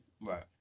Right